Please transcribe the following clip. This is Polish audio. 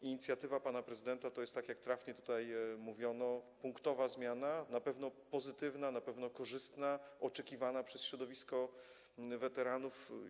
Inicjatywa pana prezydenta to jest - tak jak trafnie tutaj mówiono - punktowa zmiana, na pewno pozytywna, na pewno korzystna, oczekiwana przez środowisko weteranów.